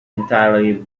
entirely